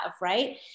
right